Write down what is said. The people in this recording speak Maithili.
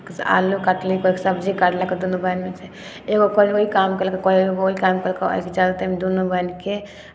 आलू कटली कोइ सबजी काटलक दुनू बहीनमे सँ एक गो कोइ ई काम कयलक तऽ कोइ वोइ काम कयलक जादा टाइम दुनू बहीनके